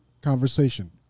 conversation